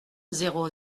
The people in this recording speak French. zéro